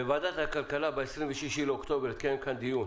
בוועדת הכלכלה ב-26 באוקטובר התקיים כאן דיון,